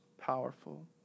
powerful